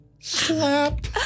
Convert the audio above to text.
Slap